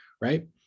right